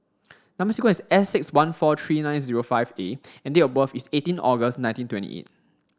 number sequence is S six one four three nine zero five A and date of birth is eighteen August nineteen twenty eight